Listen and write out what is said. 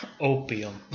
opium